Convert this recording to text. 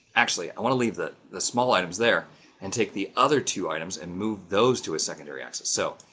actually i want to leave that the small items there and take the other two items and move those to a secondary axis. so,